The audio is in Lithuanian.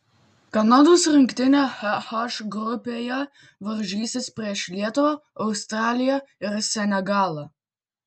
kanados rinktinė h grupėje varžysis prieš lietuvą australiją ir senegalą